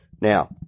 Now